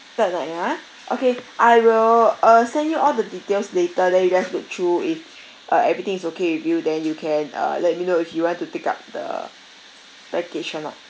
third night ah okay I will uh send you all the details later then you just look through if uh everything is okay with you then you can uh let me know if you want to take up the package or not